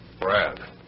Brad